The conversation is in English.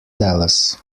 dallas